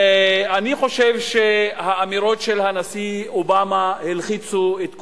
אני חושב שהאמירות של הנשיא אובמה הלחיצו את כולם.